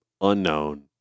unknown